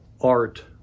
art